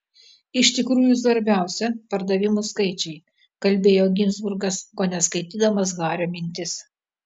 iš tikrųjų svarbiausia pardavimų skaičiai kalbėjo ginzburgas kone skaitydamas hario mintis